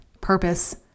purpose